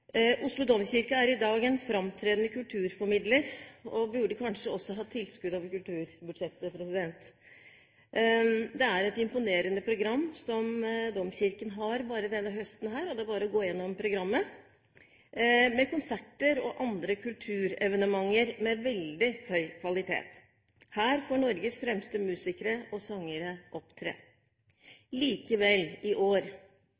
Oslo domkirke er i dag en framtredende kulturformidler og burde kanskje også hatt tilskudd over kulturbudsjettet. Det er et imponerende program Domkirken har bare denne høsten – det er bare å gå igjennom programmet – med konserter og andre kulturevenementer med veldig høy kvalitet. Her får Norges fremste musikere og sangere opptre. Likevel, i år